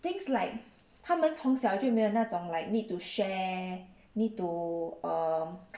things like 他们从小就没有那种 like need to share need to err